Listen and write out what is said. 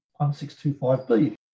1625b